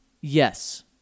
yes